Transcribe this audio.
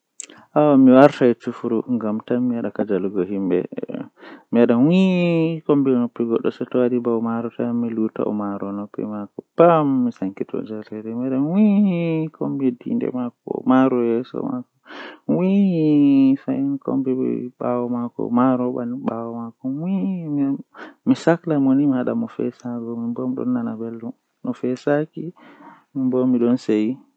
Mi wiyan mo min on waine kaza mi nani kubaru dow o bangi nden mi wallimo seyo massin miɗon yelanamo khairuuji ɗuɗɗi